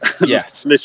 Yes